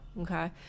Okay